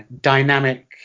dynamic